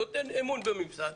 נותן אמון בממסד,